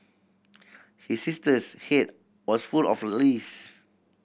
his sister head was full of lice